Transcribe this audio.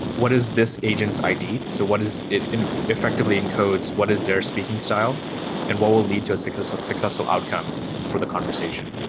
what is this agent's id? so what is it effectively encodes? what is their speaking style and what will lead to a successful successful outcome for the conversation?